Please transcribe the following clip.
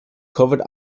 covered